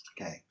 Okay